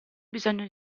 bisogno